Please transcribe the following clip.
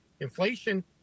Inflation